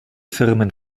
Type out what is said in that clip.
firmen